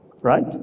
right